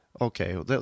okay